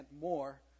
more